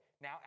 Now